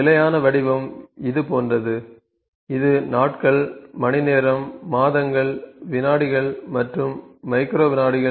நிலையான வடிவம் இது போன்றது இது நாட்கள் மணிநேரம் மாதங்கள் விநாடிகள் மற்றும் மைக்ரோ விநாடிகள்